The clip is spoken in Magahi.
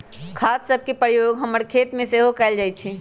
खाद सभके प्रयोग हमर खेतमें सेहो कएल जाइ छइ